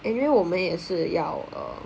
and then 我们也是要 uh